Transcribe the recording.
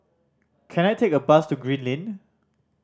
can I take a bus to Green Lane